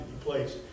place